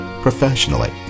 professionally